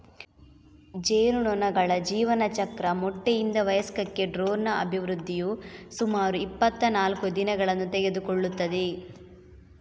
ಜೇನುನೊಣಗಳ ಜೀವನಚಕ್ರ ಮೊಟ್ಟೆಯಿಂದ ವಯಸ್ಕಕ್ಕೆ ಡ್ರೋನ್ನ ಅಭಿವೃದ್ಧಿಯು ಸುಮಾರು ಇಪ್ಪತ್ತನಾಲ್ಕು ದಿನಗಳನ್ನು ತೆಗೆದುಕೊಳ್ಳುತ್ತದೆ